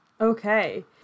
Okay